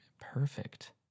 perfect